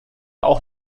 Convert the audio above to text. auch